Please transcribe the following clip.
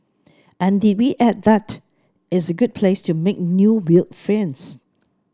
and did we add that it's a good place to make new weird friends